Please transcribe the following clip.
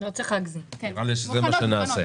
נראה לי שזה מה שנעשה.